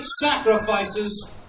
sacrifices